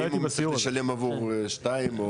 האם הוא משלם עבור שניים,